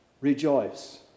Rejoice